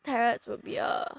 tarots would be a